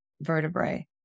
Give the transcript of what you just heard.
vertebrae